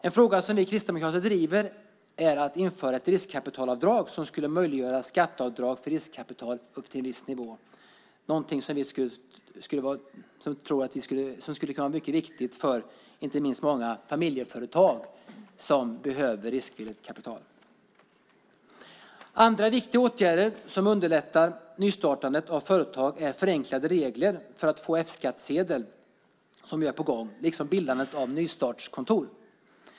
En fråga som vi kristdemokrater driver är att införa ett riskkapitalavdrag som skulle möjliggöra ett skatteavdrag för riskkapital upp till en viss nivå. Det är något som skulle kunna vara mycket viktigt, inte minst för många familjeföretag som behöver riskvilligt kapital. Andra viktiga åtgärder som underlättar nystartandet av företag är förenklade regler för att få F-skattsedel som är på gång liksom bildandet av nystartskontor.